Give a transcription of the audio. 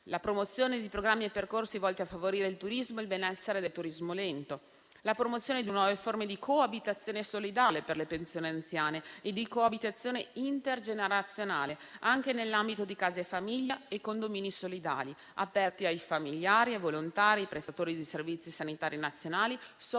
la promozione di programmi e percorsi volti a favorire il turismo del benessere e il turismo lento; la promozione di nuove forme di coabitazione solidale per le persone anziane e di coabitazione intergenerazionale, anche nell'ambito di case famiglia e condomini solidali aperti ai familiari, ai volontari, ai prestatori di servizi sanitari nazionali sociosanitari